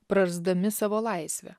prarasdami savo laisvę